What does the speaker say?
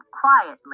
quietly